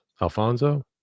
alfonso